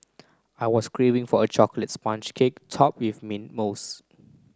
I was craving for a chocolate sponge cake topped with mint mousse